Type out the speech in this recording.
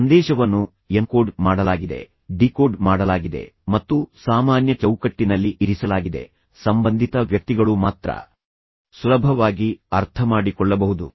ಸಂದೇಶವನ್ನು ಎನ್ಕೋಡ್ ಮಾಡಲಾಗಿದೆ ಡಿಕೋಡ್ ಮಾಡಲಾಗಿದೆ ಮತ್ತು ಸಾಮಾನ್ಯ ಚೌಕಟ್ಟಿನಲ್ಲಿ ಇರಿಸಲಾಗಿದೆ ಸಂಬಂಧಿತ ವ್ಯಕ್ತಿಗಳು ಮಾತ್ರ ಸುಲಭವಾಗಿ ಅರ್ಥಮಾಡಿಕೊಳ್ಳಬಹುದು